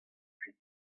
kuit